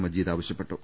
മജീദ് ആവശ്യപ്പെട്ടു